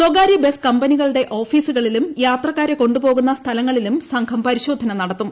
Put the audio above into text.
സ്വകാര്യ ബസ് കമ്പനികളുടെ ഓഫീസുകളിലും യാത്രക്കാരെ കൊണ്ടുപോകുന്ന സ്ഥലങ്ങളിലും സംഘം പരിശോധന നടത്തും